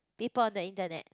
people on the Internet